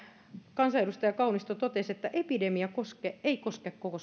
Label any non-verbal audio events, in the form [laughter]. kansanedustaja kaunisto totesi että epidemia ei koske koko [unintelligible]